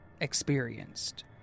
experienced